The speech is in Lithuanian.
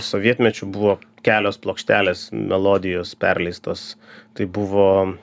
sovietmečiu buvo kelios plokštelės melodijos perleistos tai buvo